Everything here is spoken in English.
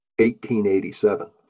1887